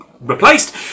replaced